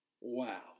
Wow